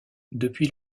depuis